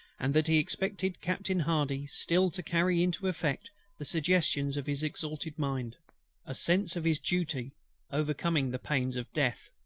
and that he expected captain hardy still to carry into effect the suggestions of his exalted mind a sense of his duty overcoming the pains of death.